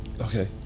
Okay